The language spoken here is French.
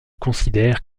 considèrent